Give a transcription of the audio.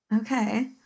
Okay